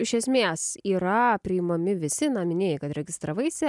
iš esmės yra priimami visi na minėjai kad registravaisi